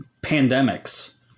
pandemics